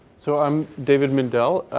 so i'm david mindell.